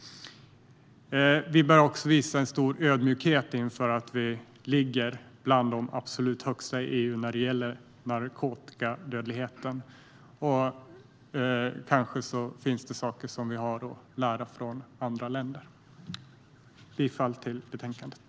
Vi bör också visa en stor ödmjukhet inför att Sverige ligger bland länderna med de högsta talen i EU när det gäller narkotikadödligheten. Kanske finns det saker att lära från andra länder. Jag yrkar bifall till förslaget i betänkandet.